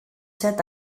set